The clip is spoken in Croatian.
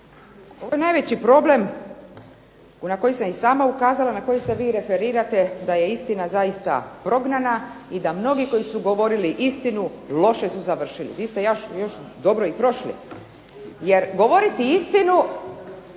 Ovdje je najveći problem na koji sam i sama ukazala, na koji se vi referirate da je istina zaista prognana, i da mnogi koji su govorili istinu loše su završili. Vi ste još dobro i prošli, jer govoriti istinu